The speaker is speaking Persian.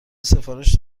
سفارش